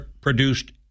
produced